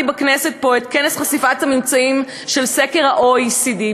בכנסת פה את כנס חשיפת הממצאים של סקר ה-OECD.